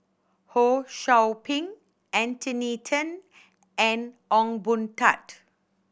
Ho Sou Ping Anthony Then and Ong Boon Tat